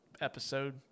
episode